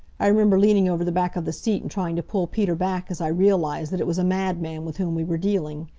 i remember leaning over the back of the seat and trying to pull peter back as i realized that it was a madman with whom we were dealing.